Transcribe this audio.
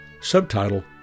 Subtitle